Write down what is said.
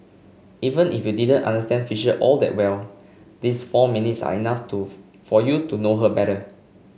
even if you didn't understand Fisher all that well these four minutes are enough for you to know her better